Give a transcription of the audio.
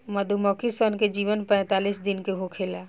मधुमक्खी सन के जीवन पैतालीस दिन के होखेला